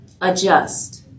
adjust